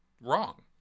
wrong